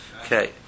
Okay